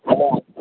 hello